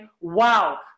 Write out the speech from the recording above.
wow